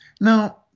Now